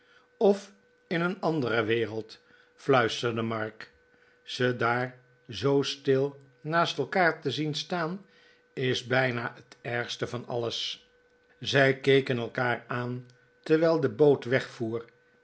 of in een andere wereld fluisterde mark m ze daar zoo stil naast elkaar te zien staan is bijna het ergste van alles zij keken elkaar aan terwijl de boot wegvoer